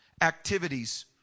activities